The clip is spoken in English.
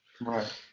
Right